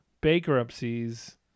bankruptcies